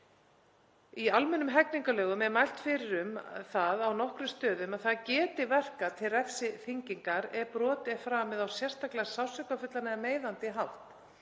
Í almennum hegningarlögum er mælt fyrir um það á nokkrum stöðum en það geti verkað til refsiþyngingar ef brot er framið á sérstaklega sársaukafullan eða meiðandi hátt.